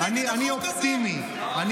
אתה